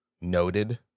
noted